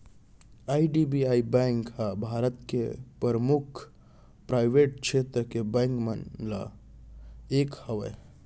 IDBI bank ह भारत के परमुख पराइवेट छेत्र के बेंक मन म ले एक हवय